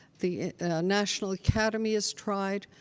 the national academy has tried.